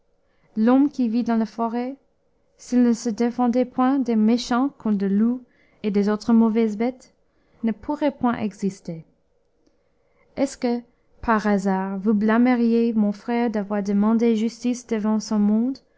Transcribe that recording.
l'homme qui vit dans les forêts s'il ne se défendait point des méchants comme des loups et des autres mauvaises bêles ne pourrait point exister est-ce que par hasard vous blâmeriez mon frère d'avoir demandé justice devant son monde